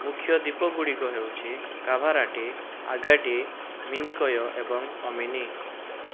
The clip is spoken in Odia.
ମୁଖ୍ୟ ଦ୍ୱୀପ ଗୁଡ଼ିକ ହେଉଛି କାଭାରାଟି ଆଗାଟି ମିନିକୟ ଏବଂ ଅମିନି